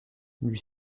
lui